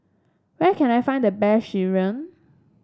where can I find the best sireh